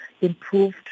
improved